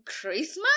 Christmas